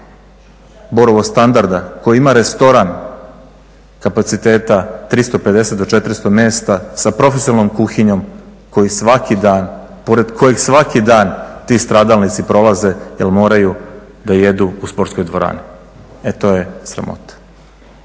Borovo standarda koji ima restoran kapaciteta 350 do 400 mjesta sa profesionalnom kuhinjom pored koje svaki dan ti stradalnici prolaze jer moraju jesti u sportskoj dvorani. E to je sramota.